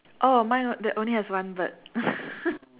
oh mine that only have one bird